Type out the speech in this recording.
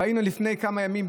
ראינו לפני כמה ימים,